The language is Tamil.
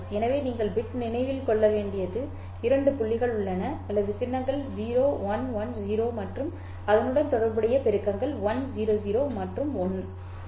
எனவே நீங்கள் பிட் நினைவில் கொள்ள வேண்டிய இரண்டு புள்ளிகள் உள்ளன அல்லது சின்னங்கள் 0110 மற்றும் அதனுடன் தொடர்புடைய பெருக்கங்கள் 100 மற்றும் 1